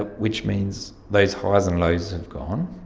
ah which means those highs and lows have gone,